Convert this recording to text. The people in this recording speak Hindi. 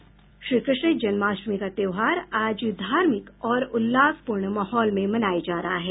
श्रीकृष्ण जन्माष्टमी का त्योहार आज धार्मिक और उल्लासपूर्ण माहौल में मनाया जा रहा है